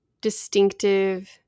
distinctive